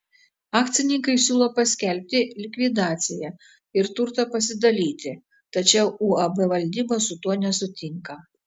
akcininkai siūlo paskelbti likvidaciją ir turtą pasidalyti tačiau uab valdyba su tuo nesutinka